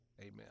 amen